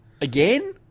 Again